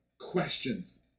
questions